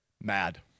mad